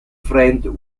friend